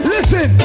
Listen